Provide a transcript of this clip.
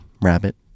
Rabbit